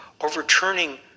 overturning